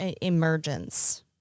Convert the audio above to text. emergence